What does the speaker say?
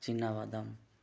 ଚିନାବାଦାମ